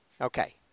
Okay